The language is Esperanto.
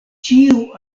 ĉiu